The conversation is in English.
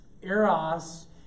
Eros